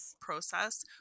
process